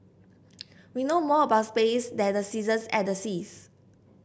we know more about space than the seasons and the seas